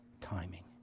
timing